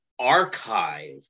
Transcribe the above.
archive